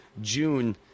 June